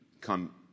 come